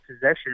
possession